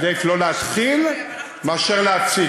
עדיף לא להתחיל מאשר להפסיק.